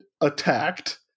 attacked